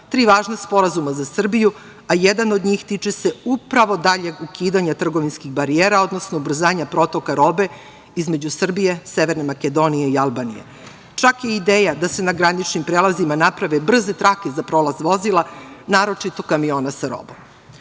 tri važna sporazuma za Srbiju, a jedan od njih tiče se upravo daljeg ukidanja trgovinskih barijera, odnosno ubrzanja protoka robe između Srbije, Severne Makedonije i Albanije. Čak je ideja da se na graničnim prelazima naprave brze trake za prolaz vozila, naročito kamiona sa robom. Drugi